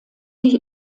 sich